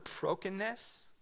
brokenness